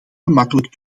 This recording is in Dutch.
gemakkelijk